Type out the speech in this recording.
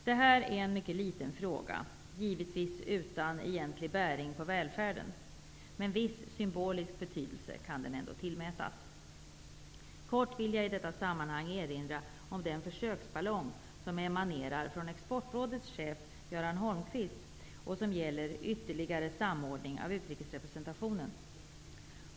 Det här är en mycket liten fråga, och den är givetvis utan egentlig bäring för välfärden. Men viss symbolisk betydelse kan den tillmätas. I detta sammanhang vill jag kortfattat erinra om den försöksballong som emanerar från Exportrådets chef Göran Holmqvist och som gäller ytterligare samordning av utrikesrepresentationen.